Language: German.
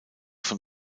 von